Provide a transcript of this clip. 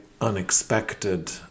unexpected